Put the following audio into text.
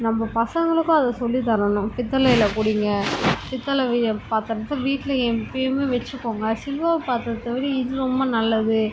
நம்ம பசங்களுக்கும் அதை சொல்லித்தரணும் பித்தளையில் குடிங்க பித்தளை வி பாத்திரத்த வீட்டில் எப்போயுமே வச்சுக்கோங்க சில்வர் பாத்திரத்தை விட இது ரொம்ப நல்லது